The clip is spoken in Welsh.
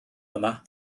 yma